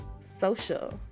Social